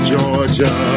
Georgia